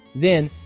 then,